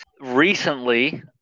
Recently